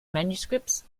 manuscripts